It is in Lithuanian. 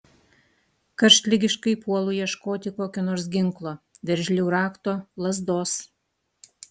karštligiškai puolu ieškoti kokio nors ginklo veržlių rakto lazdos